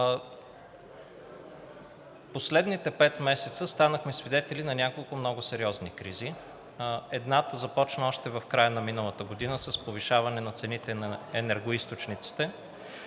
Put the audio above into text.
Последните 5 месеца станахме свидетели на няколко много сериозни кризи. Едната започна още в края на миналата година с повишаване на цените на енергоизточниците.